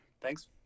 thanks